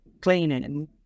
cleaning